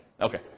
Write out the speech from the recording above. okay